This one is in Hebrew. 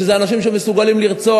זה אנשים שמסוגלים לרצוח.